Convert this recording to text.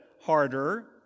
harder